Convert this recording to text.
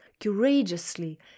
courageously